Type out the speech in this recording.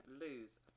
lose